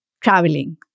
traveling